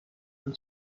دادن